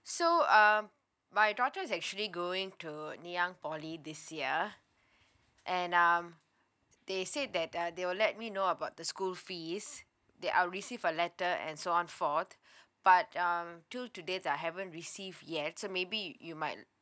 so um my daughter is actually going to ngee ann poly this year and um they said that uh they will let me know about the school fees that I'll receive a letter and so on forth but um till today that I haven't receive yet so maybe you might